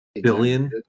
billion